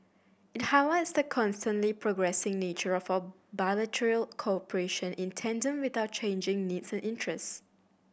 it highlights the constantly progressing nature of our bilateral cooperation in tandem with our changing needs and interests